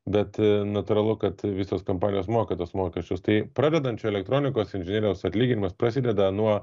bet natūralu kad visos kompanijos moka tuos mokesčius tai pradedant čia elektronikos inžinieriaus atlyginimas prasideda nuo